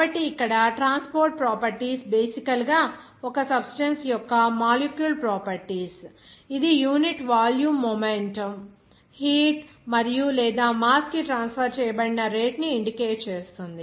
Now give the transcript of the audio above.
కాబట్టి ఇక్కడ transport properties బేసికల్ గా ఒక సబ్స్టెన్స్ యొక్క మాలిక్యూల్ ప్రాపర్టీస్ ఇది యూనిట్ వాల్యూమ్ మొమెంటం హీట్ మరియు లేదా మాస్ కి ట్రాన్స్ఫర్ చేయబడిన రేటును ఇండికేట్ చేస్తుంది